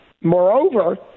moreover